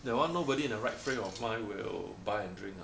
that one nobody in the right frame of mind will buy and drink [lah[